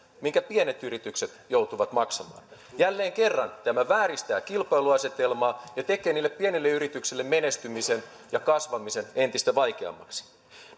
minkä pienet yritykset joutuvat maksamaan jälleen kerran tämä vääristää kilpailuasetelmaa ja tekee niille pienille yrityksille menestymisen ja kasvamisen entistä vaikeammaksi